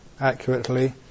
accurately